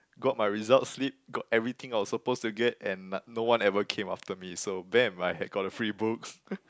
got my result slip got everything I was suppose to get and no one ever came after me so I had got free books